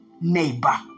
neighbor